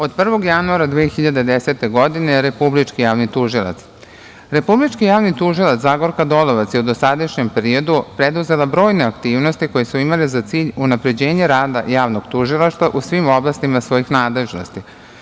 Od 1. januara 2010. godine Republički javni tužilac Zagorka Dolovac je u dosadašnjem periodu preduzela brojne aktivnosti koje su imale za cilj unapređenje rada Javnog tužilaštva u svim oblastima svojih nadležnosti.